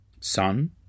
Son